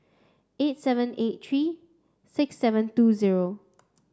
eight seven eight three six seven two zero